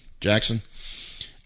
Jackson